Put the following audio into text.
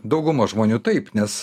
dauguma žmonių taip nes